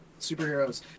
superheroes